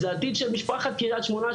זה העתיד של משפחת קריית שמונה,